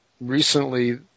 recently